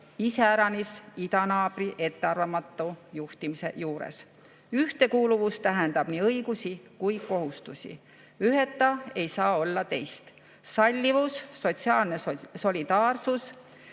iseäranis idanaabri ettearvamatu juhtimise juures. Ühtekuuluvus tähendab nii õigusi kui kohustusi. Üheta ei saa olla teist. Sallivus, sotsiaalne solidaarsus,